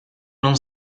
non